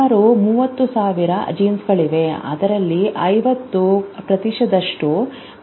ಸುಮಾರು 30000 ಜೀನ್ಗಳಿವೆ ಅದರಲ್ಲಿ 50 ಪ್ರತಿಶತವು ಮೆದುಳಿನಲ್ಲಿ ಹೋಗುತ್ತದೆ